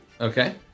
Okay